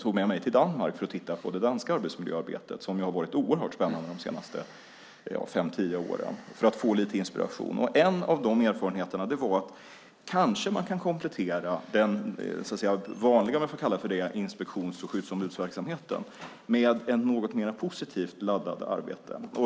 tog med mig till Danmark för att titta på det danska arbetsmiljöarbetet, som ju varit oerhört spännande under de senaste fem till tio åren, och för att få lite inspiration. En av de erfarenheterna är att man kanske kan komplettera den så att säga vanliga inspektions och skyddsombudsverksamheten med ett något mer positivt laddat arbete.